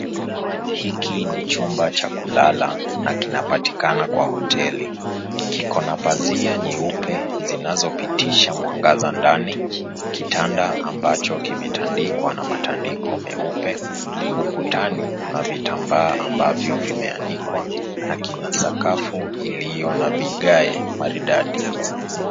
Hiki ni chumba cha kulala na kinapatikana kwa hoteli. Kikona pazia nyeupe zinazopitisha mwangaza ndani, kitanda ambacho kimetandikwa na matandiko meupe. Ukutani kuna vitambaa ambavyo vimeanikwa na kina sakafu iliyo na vigae maridadi.